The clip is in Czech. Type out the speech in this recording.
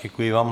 Děkuji vám.